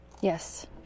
Yes